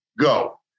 go